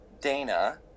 Dana